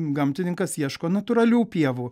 gamtininkas ieško natūralių pievų